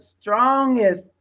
strongest